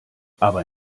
aber